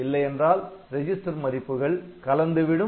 இல்லையென்றால் ரெஜிஸ்டர் மதிப்புகள் கலந்துவிடும்